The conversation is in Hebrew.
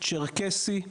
צ'רקסי.